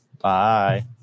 Bye